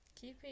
Keeping